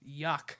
Yuck